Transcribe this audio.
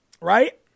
right